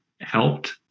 helped